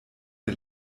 der